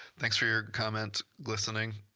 thanks for your comment, glistening.